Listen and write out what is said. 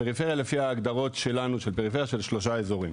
לפי ההגדרות שלנו של הפריפריה של שלושה אזורים.